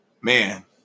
Man